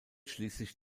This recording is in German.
schließlich